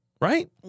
Right